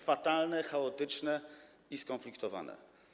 Fatalne, chaotyczne i skonfliktowane.